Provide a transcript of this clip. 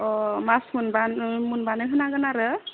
अ मास मोनब्ला मोनब्लानो होनांगोन आरो